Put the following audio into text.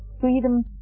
freedom